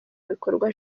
bikorwa